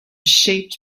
shaped